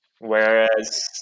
whereas